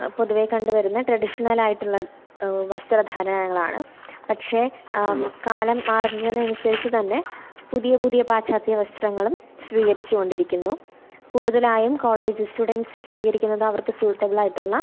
പൊതുവെ കണ്ട് വരുന്ന ട്രഡീഷണൽ ആയിട്ടുള്ള വസ്ത്രധാരണങ്ങളാണ് പക്ഷേ കാലം മാറുന്നതിനനുസരിച്ച് തന്നെ പുതിയ പുതിയ പാശ്ചാത്യ വസ്ത്രങ്ങളും സ്വീകരിച്ച് കൊണ്ടിരിക്കുന്നു കൂടുതാലായും കോളേജ് സ്റ്റുഡൻറ്റ്സ് സ്വീകരിക്കുന്നത് അവർക്ക് സ്യൂട്ടബിൾ ആയിട്ടുള്ള